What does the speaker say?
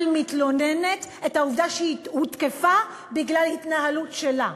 על מתלוננת את הטענה שהיא הותקפה בגלל התנהלות שלה.